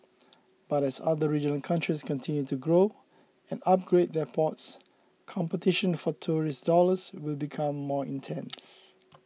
but as other regional countries continue to grow and upgrade their ports competition for tourist dollars will become more intense